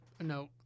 No